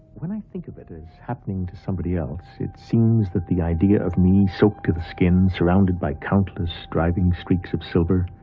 when i think of it as happening to somebody else, it seems that the idea of me, soaked to the skin, surrounded by countless striving streaks of silver,